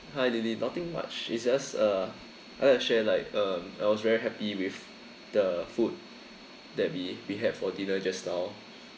hi lily nothing much it's just uh I want to share like um I was very happy with the food that we we had for dinner just now